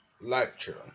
lecture